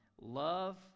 love